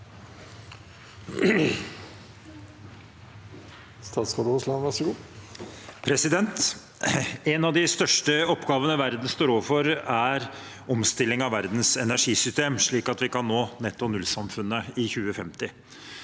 En av største oppgavene verden står overfor, er omstilling av verdens energisystem slik at vi kan nå «netto null»-samfunnet i 2050.